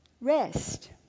Rest